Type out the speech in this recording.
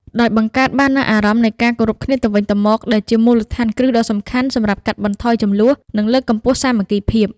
ដោយបង្កើតបាននូវអារម្មណ៍នៃការគោរពគ្នាទៅវិញទៅមក ដែលជាមូលដ្ឋានគ្រឹះដ៏សំខាន់សម្រាប់កាត់បន្ថយជម្លោះ និងលើកកម្ពស់សាមគ្គីភាព។